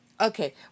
Okay